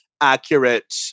accurate